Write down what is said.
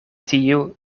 tiu